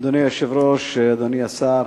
אדוני היושב-ראש, אדוני השר,